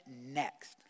next